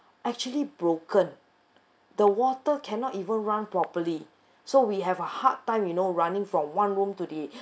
actually broken the water cannot even run properly so we have a hard time you know running from one room to the